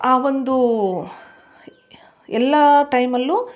ಆ ಒಂದು ಎಲ್ಲ ಟೈಮಲ್ಲೂ